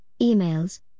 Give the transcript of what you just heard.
emails